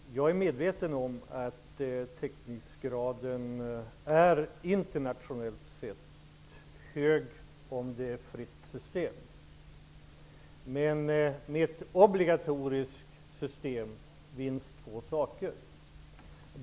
Herr talman! Jag är medveten om att täckningsgraden internationellt sett är hög, om det är ett fritt system. Men med ett obligatoriskt system vinner man två saker.